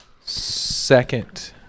second